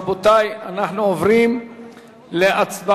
רבותי, אנחנו עוברים להצבעה.